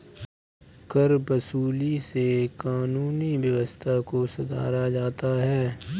करवसूली से कानूनी व्यवस्था को सुधारा जाता है